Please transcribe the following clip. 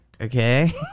Okay